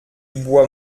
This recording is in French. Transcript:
boit